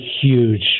huge